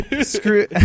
Screw